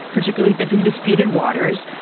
particularly if it's in disputed waters,